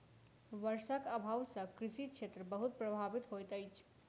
वर्षाक अभाव सॅ कृषि क्षेत्र बहुत प्रभावित होइत अछि